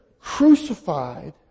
crucified